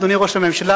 אדוני ראש הממשלה,